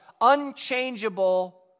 unchangeable